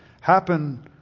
happen